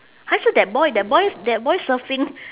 还是 that boy that boy s~ that boy surfing